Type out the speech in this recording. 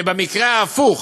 שבמקרה ההפוך,